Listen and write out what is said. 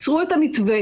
צרו את המתווה,